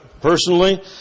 personally